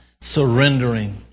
surrendering